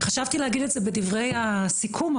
חשבתי להגיד את זה בדברי הסיכום,